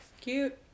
Cute